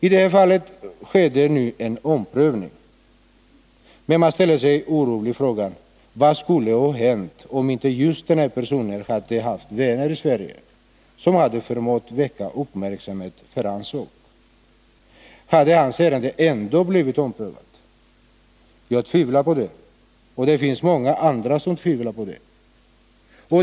I det här fallet sker det nu en omprövning. Men man ställer sig oroligt frågan: Vad skulle ha hänt, om inte just den här personen hade haft vänner i Sverige, som förmått väcka uppmärksamhet för hans sak? Hade hans ärende ändå blivit omprövat? Jag tvivlar på det, och det finns många andra som tvivlar på det.